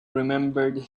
remembered